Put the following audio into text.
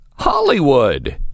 hollywood